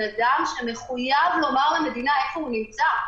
אדם שמחויב לומר למדינה איפה הוא נמצא.